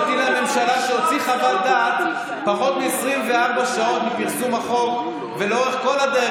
שהוציא חוות דעת פחות מ-24 שעות מפרסום החוק ולאורך כל הדרך